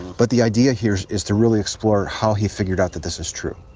but the idea here is to really explore how he figured out that this is true.